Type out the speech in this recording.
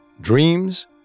Dreams